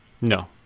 No